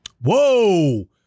Whoa